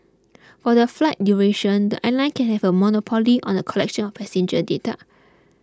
for the flight duration the airline can have a monopoly on the collection of passenger data